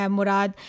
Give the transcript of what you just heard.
Murad